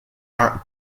are